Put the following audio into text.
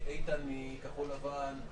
איתן מכחול לבן,